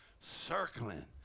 circling